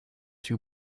too